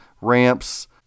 ramps